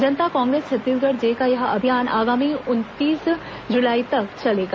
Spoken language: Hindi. जनता कांग्रेस छत्तीसगढ़ जे का यह अभियान आगामी उनतीस जुलाई तक चलेगा